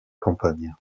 campagne